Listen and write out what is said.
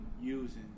using